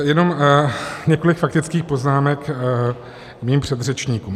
Jenom několik faktických poznámek mým předřečníkům.